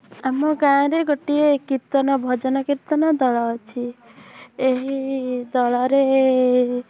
ଆମ ଗାଁରେ ଗୋଟିଏ କୀର୍ତ୍ତନ ଭଜନ କୀର୍ତ୍ତନ ଦଳ ଅଛି ଏହି ଦଳରେ